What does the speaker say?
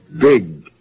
big